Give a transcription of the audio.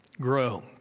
grow